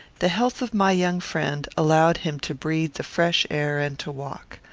the health of my young friend allowed him to breathe the fresh air and to walk.